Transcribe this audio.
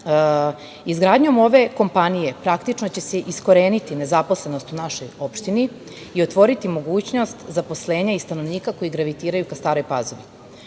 građana. Izgradnjom ove kompanije praktično će se iskoreniti nezaposlenost u našoj opštini i otvoriti mogućnost zaposlenja i stanovnika koji gravitiraju ka Staroj Pazovi.